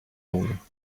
longues